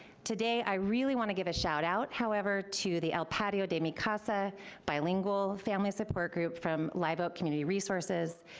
today, i really want to give a shout out, however, to the el patio de me casa bilingual family support group from live oak community resources.